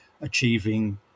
achieving